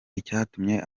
icyatumye